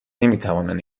نمیتوانند